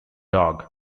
dog